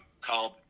called